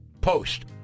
post